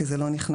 ולא התנה